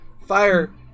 Fire